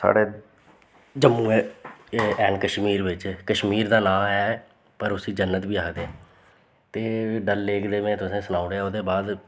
साढ़े जम्मू एंड कश्मीर बिच्च कश्मीर दा नांऽ ऐ पर उसी जन्नत बी आखदे ते डल लेक दे में तुसेंगी सनाऊ उड़ेआ ओह्दे बाद